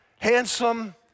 handsome